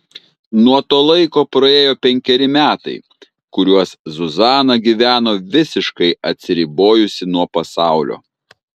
nuo to laiko praėjo penkeri metai kuriuos zuzana gyveno visiškai atsiribojusi nuo pasaulio